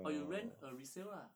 or you rent a resale lah